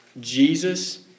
Jesus